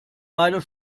leider